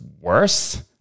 worse